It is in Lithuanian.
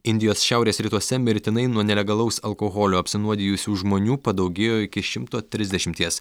indijos šiaurės rytuose mirtinai nuo nelegalaus alkoholio apsinuodijusių žmonių padaugėjo iki šimto trisdešimties